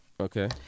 okay